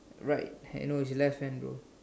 right hand no his left hand bro